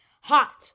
hot